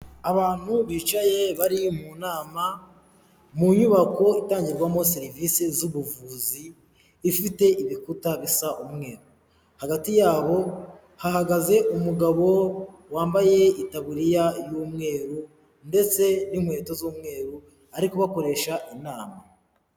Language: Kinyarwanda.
Abantu bicaye bari mu nama mu nyubako itangirwamo serivisi z'ubuvuzi, ifite ibikuta bisa umweru. Hagati yabo hahagaze umugabo wambaye itaburiya y'umweru ndetse n'inkweto z'umweru ari kubakoresha inama.